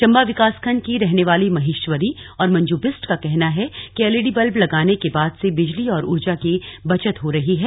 चंबा विकासखण्ड की रहने वाली महेश्वरी और मंजू बिष्ट का कहना है कि एलईडी बल्ब लगाने के बाद से बिजली और ऊर्जा की बचत हो रही है